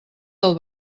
del